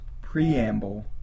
preamble